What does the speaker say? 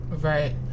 Right